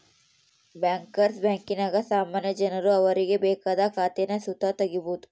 bankers ಬ್ಯಾಂಕಿನಾಗ ಸಾಮಾನ್ಯ ಜನರು ಅವರಿಗೆ ಬೇಕಾದ ಖಾತೇನ ಸುತ ತಗೀಬೋದು